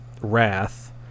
Wrath